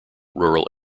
rural